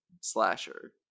slasher